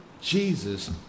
Jesus